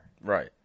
Right